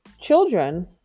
children